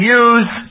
use